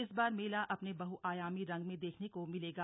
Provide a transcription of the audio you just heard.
इस बार मेला अपने बहुआयामी रंग में देखने को मिलेगा